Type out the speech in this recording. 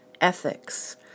ethics